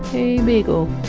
a beagle.